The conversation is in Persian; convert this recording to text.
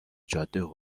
جاده